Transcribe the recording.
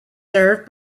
served